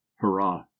hurrah